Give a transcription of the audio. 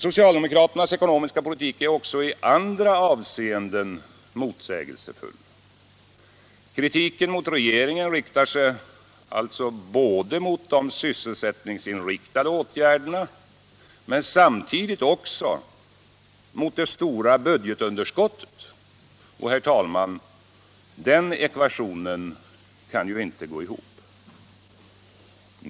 Socialdemokraternas ekonomiska politik är också i andra avseenden motsägelsefull. Kritiken mot regeringen riktar sig sålunda både mot de sysselsättningsinriktade åtgärderna och mot det stora budgetunderskottet. Och, herr talman, den ekvationen kan ju inte gå ihop.